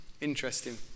Interesting